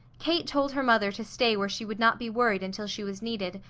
kate told her mother to stay where she would not be worried until she was needed,